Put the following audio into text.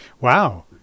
Wow